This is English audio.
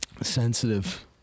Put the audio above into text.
sensitive